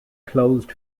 closed